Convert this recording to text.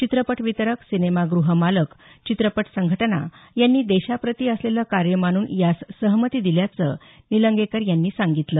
चित्रपट वितरक सिनेमागृह मालक चित्रपट संघटना यांनी देशाप्रती असलेलं कार्य मानून यास सहमती दिल्याचं निलंगेकर यांनी सांगितलं